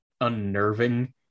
unnerving